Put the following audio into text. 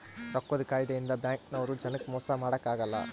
ರೊಕ್ಕದ್ ಕಾಯಿದೆ ಇಂದ ಬ್ಯಾಂಕ್ ನವ್ರು ಜನಕ್ ಮೊಸ ಮಾಡಕ ಅಗಲ್ಲ